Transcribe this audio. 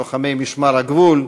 לוחמי משמר הגבול,